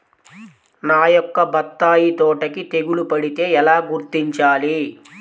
నా యొక్క బత్తాయి తోటకి తెగులు పడితే ఎలా గుర్తించాలి?